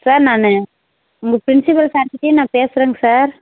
sir நான் உங்கள் principal sir கிட்டேயே நான் பேசுறேங்க சார்